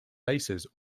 faces